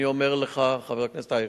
אני אומר לך, חבר הכנסת אייכלר,